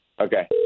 Okay